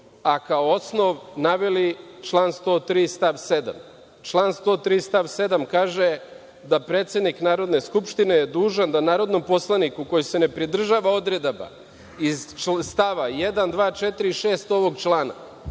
a kao osnov naveli član 103. stav 7.Član 103. stav 7. kaže da predsednik Narodne skupštine je dužan da narodnom poslaniku koji se ne pridržava odredaba iz st. 1,2,4,6 ovog člana